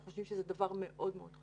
אנחנו חושבים שזה דבר מאוד מאוד חשוב.